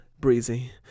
Breezy